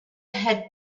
had